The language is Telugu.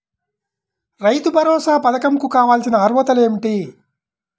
రైతు భరోసా పధకం కు కావాల్సిన అర్హతలు ఏమిటి?